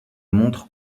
montre